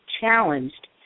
challenged